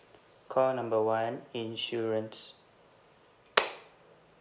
call number one insurance